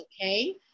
okay